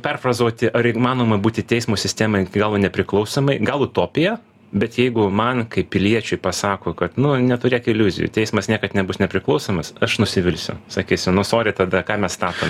perfrazuoti ar įmanoma būti teismo sistema iki galo nepriklausomai gal utopija bet jeigu man kaip piliečiui pasako kad nu neturėk iliuzijų teismas niekad nebus nepriklausomas aš nusivilsiu sakysiu nu sori tada ką mes statom